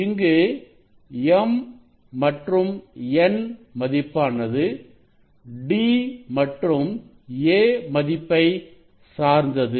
இங்கு m மற்றும் n மதிப்பானது d மற்றும் a மதிப்பைச் சார்ந்தது